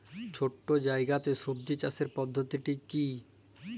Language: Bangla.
ছোট্ট জায়গাতে সবজি চাষের পদ্ধতিটি কী?